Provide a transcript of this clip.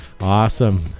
Awesome